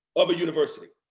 of a university.